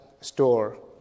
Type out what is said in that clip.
store